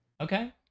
Okay